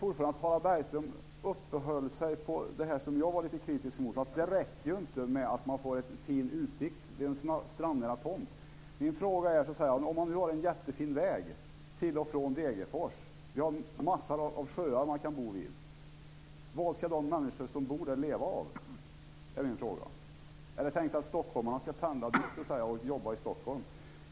Harald Bergström uppehöll sig vid det som jag var lite kritisk mot. Det räcker inte med att man får en fin utsikt från en strandnära tomt. Vi har en jättefin väg till och från Degerfors. Vi har massor av sjöar man kan bo vid. Vad ska de människor som bor där leva av? Det är min fråga. Är det tänkt att man ska pendla och jobba i Stockholm?